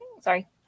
sorry